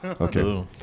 Okay